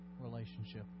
relationship